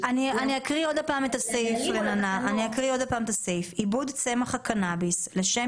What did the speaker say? אני אקריא עוד פעם את הסעיף: עיבוד צמח הקנאביס לשם